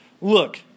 Look